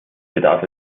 bedarf